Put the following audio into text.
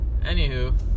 Anywho